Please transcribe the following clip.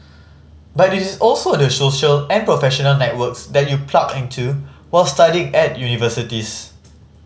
but it is also the social and professional networks that you plug into while studying at universities